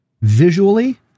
Visually